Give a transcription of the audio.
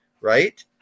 right